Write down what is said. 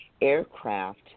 aircraft